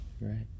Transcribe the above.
Right